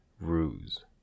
ruse